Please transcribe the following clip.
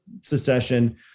secession